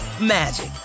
magic